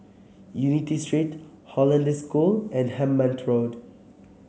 Unity Street Hollandse School and Hemmant Road